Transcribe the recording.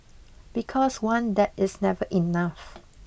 because one dab is never enough